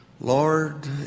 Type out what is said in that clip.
Lord